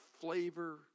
flavor